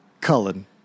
Cullen